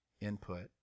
input